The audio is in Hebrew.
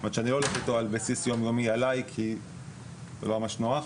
שאני לא הולך איתו על בסיס יומיומי עליי כי זה לא ממש נוח.